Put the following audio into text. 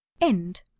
End